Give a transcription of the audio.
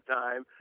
time